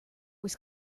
was